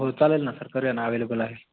हो चालेल ना सर करेन आव्हेलेबल आहे